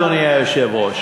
אדוני היושב-ראש.